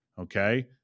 Okay